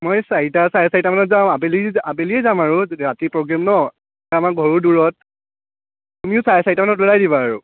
মই চাৰিটা চাৰে চাৰিটামানত যাম আবেলি আবেলিয়ে যাম আৰু ৰাতি প্ৰগ্ৰেম ন আমাৰ ঘৰো দূৰত তুমিও চাৰে চাৰিটামানত ওলাই দিবা আৰু